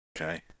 Okay